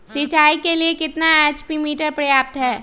सिंचाई के लिए कितना एच.पी मोटर पर्याप्त है?